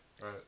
right